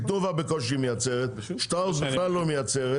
כי תנובה בקושי מייצרת, שטראוס בכלל לא מייצרת.